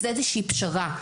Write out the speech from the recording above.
זו איזושהי פשרה.